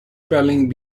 spelling